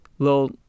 little